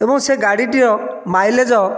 ଏବଂ ସେ ଗାଡ଼ିଟିର ମାଇଲେଜ୍